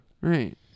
Right